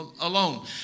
alone